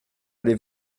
allez